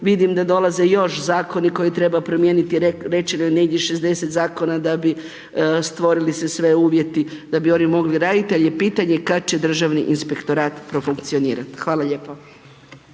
vidim da dolaze još zakoni koje treba promijeniti, rečeno je negdje 60 zakona da bi stvorili se sve uvjeti da bi oni mogli raditi ali je pitanje kad će Državni inspektorat profunkcionirati. Hvala lijepo.